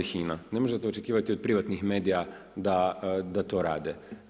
Ne možete očekivati od privatnih medija da to rade.